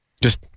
Just-